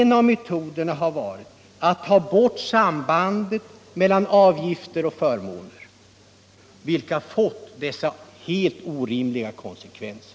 En av metoderna har varit att ta bort sambandet mellan avgifter och förmåner, vilket fått dessa helt orimliga konsekvenser.